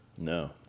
No